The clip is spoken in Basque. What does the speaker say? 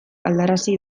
aldarazi